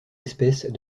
espèces